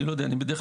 אני לא אוהב את